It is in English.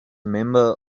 member